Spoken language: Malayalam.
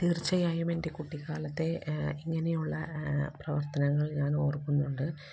തീര്ച്ചയായും എന്റെ കുട്ടിക്കാലത്തെ ഇങ്ങനെയുള്ള പ്രവര്ത്തനങ്ങള് ഞാന് ഓര്ക്കുന്നുണ്ട്